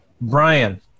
Brian